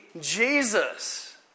Jesus